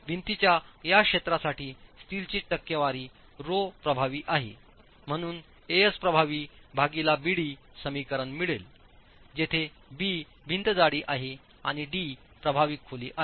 भिंतीच्या या क्षेत्रासाठी स्टीलची टक्केवारी रोह प्रभावी आहेम्हणून As प्रभावी भागीलाbd समीकरण मिळेल जेथे b भिंत जाडी आहे आणि d प्रभावी खोली आहे